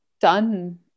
done